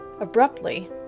Abruptly